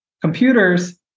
computers